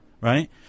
right